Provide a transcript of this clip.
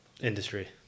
industry